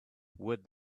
would